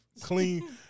Clean